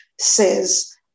says